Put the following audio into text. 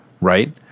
right